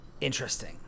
interesting